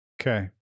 okay